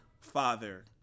father